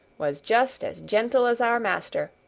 was just as gentle as our master,